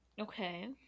Okay